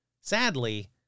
sadly